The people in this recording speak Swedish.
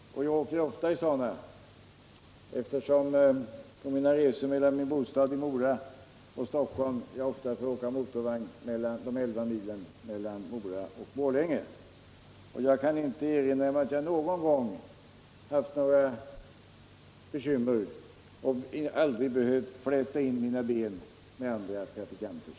Jag åker ofta i sådana; på mina resor mellan min bostad i Mora och Stockholm får jag ofta åka motorvagn de 11 milen mellan Mora och Borlänge. Jag kan inte erinra mig att jag någon gång behövt fläta in mina ben med andra trafikanters.